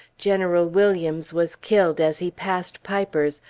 general williams was killed as he passed piper's,